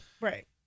Right